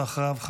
ואחריו,